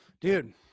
dude